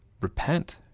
repent